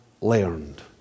learned